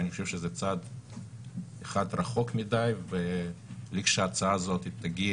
אני חושב שזה צעד אחד רחוק מדי ולכשההצעה הזו תגיע